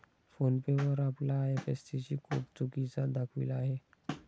phone पे वर आपला IFSC code चुकीचा दाखविला आहे